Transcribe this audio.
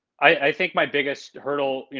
i think my biggest hurdle,